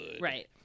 Right